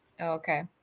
Okay